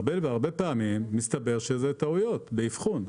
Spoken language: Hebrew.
הרבה פעמים מסתבר שאלה טעויות באבחון.